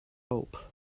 hope